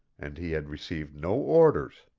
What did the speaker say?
and he had received no orders.